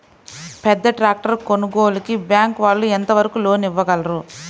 పెద్ద ట్రాక్టర్ కొనుగోలుకి బ్యాంకు వాళ్ళు ఎంత వరకు లోన్ ఇవ్వగలరు?